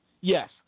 Yes